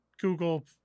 Google